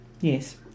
Yes